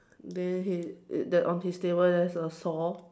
then he the on his table there is a saw